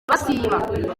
basiba